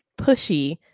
pushy